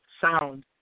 sound